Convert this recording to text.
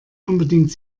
unbedingt